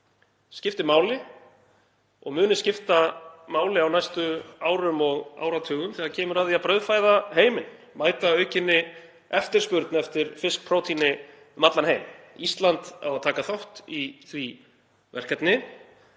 skipti máli og muni skipta máli á næstu árum og áratugum þegar kemur að því að brauðfæða heiminn, mæta aukinni eftirspurn eftir fiskprótíni um allan heim. Ísland á að taka þátt í því verkefni.